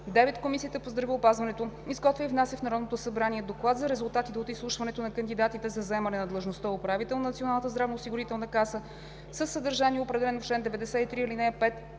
9. Комисията по здравеопазването изготвя и внася в Народното събрание Доклад за резултатите от изслушването на кандидатите за заемане на длъжността „управител на Националната здравноосигурителна каса“ със съдържание, определено в чл. 93,